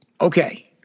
Okay